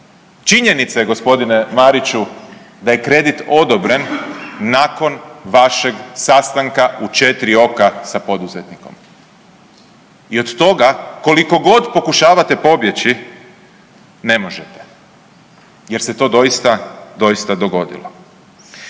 činjenica je g. Mariću da je kredit odobren nakon vašeg sastanka u 4 oka sa poduzetnikom i od toga koliko god pokušavate pobjeći ne možete jer se to doista, doista